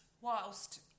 Whilst